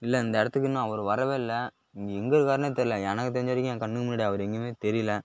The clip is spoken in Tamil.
இல்லை இந்த இடத்துக்கு இன்னும் அவரு வரவே இல்லை இங்கே எங்கே இருக்காருன்னே தெரில எனக்கு தெரிஞ்ச வரைக்கும் என் கண்ணுக்கு முன்னாடி அவரு எங்கேயுமே தெரியல